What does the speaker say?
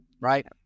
Right